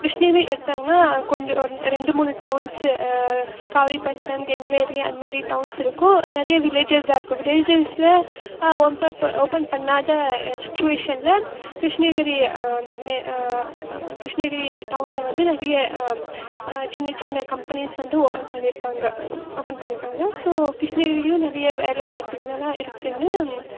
கிருஷ்ணகிரி எடுத்தீங்கன்னா கொஞ்சம் ரெண்டு மூணு டவுன்ஸு காவேரிபட்டினம் கங்ளேரியா அந்தமாதிரி டவுன்ஸுருக்கும் நிறைய வில்லேஜஸாக இருக்கும் வில்லேஜஸில் ஓப்பன் பண்ணாத சுச்சிவேஷனில் கிருஷ்ணகிரி அந்த கிருஷ்ணகிரி டவுனில் வந்து நிறைய சின்ன சின்ன கம்பனிஸ் வந்து ஓப்பன் பண்ணியிருக்காங்க ஓப்பன் பண்ணியிருக்காங்க ஸோ கிருஷ்ணகிரிலேயும் நிறைய வேலை வாய்ப்புகளெல்லாம் இருக்குதுன்னு